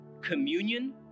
communion